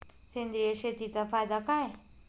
सेंद्रिय शेतीचा फायदा काय?